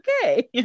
okay